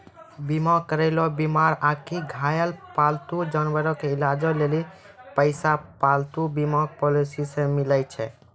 बीमा करैलो बीमार आकि घायल पालतू जानवरो के इलाजो लेली पैसा पालतू बीमा पॉलिसी से मिलै छै